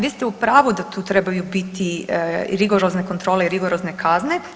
Vi ste u pravu da tu trebaju biti rigorozne kontrole i rigorozne kazne.